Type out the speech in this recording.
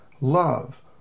love